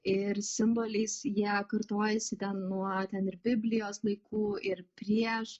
ir simboliais jie kartojasi ten nuo ten ir biblijos laikų ir prieš